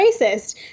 racist